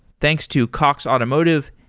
thanks to cox automotive,